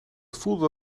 voelden